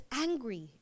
angry